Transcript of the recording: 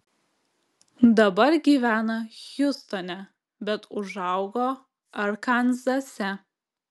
dabar gyvena hjustone bet užaugo arkanzase